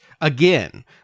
again